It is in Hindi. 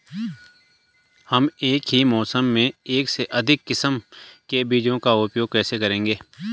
हम एक ही मौसम में एक से अधिक किस्म के बीजों का उपयोग कैसे करेंगे?